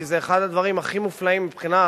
כי זה אחד הדברים הכי מופלאים מבחינת